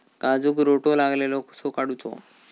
काजूक रोटो लागलेलो कसो काडूचो?